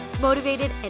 motivated